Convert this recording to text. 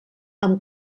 amb